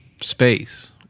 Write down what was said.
space